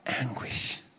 anguish